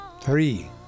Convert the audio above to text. Three